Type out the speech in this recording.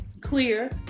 clear